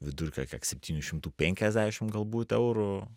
vidurkio kiek septynių šimtų penkiasdešim galbūt eurų